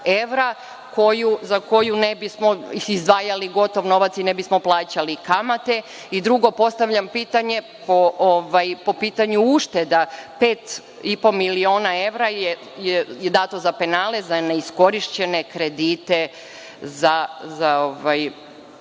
za koju ne bismo izdvajali gotov novac i ne bismo plaćali kamate. Drugo, postavljam pitanje, po pitanju ušteda, pet i po miliona evra je dato za penale za neiskorišćene kredite,